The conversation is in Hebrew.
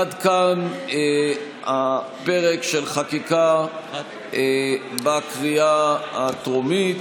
עד כאן הפרק של חקיקה בקריאה הטרומית,